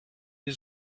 die